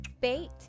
Bait